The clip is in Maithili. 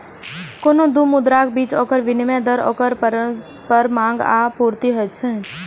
कोनो दू मुद्राक बीच ओकर विनिमय दर ओकर परस्पर मांग आ आपूर्ति होइ छै